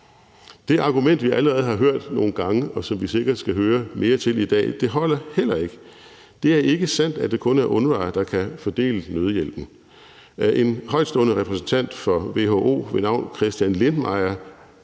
Det argument, vi allerede har hørt nogle gange, og som vi sikkert skal høre mere til i dag, holder heller ikke. Det er ikke sandt, at det kun er UNRWA, der kan fordele nødhjælpen. En højtstående repræsentant for WHO ved navn Christian Lindmeier